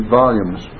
volumes